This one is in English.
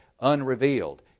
unrevealed